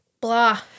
blah